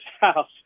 house